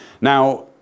Now